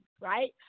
right